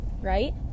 right